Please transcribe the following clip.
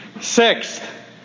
Sixth